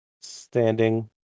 standing